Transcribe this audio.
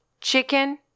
Chicken